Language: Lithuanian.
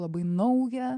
labai nauja